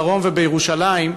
בדרום ובירושלים,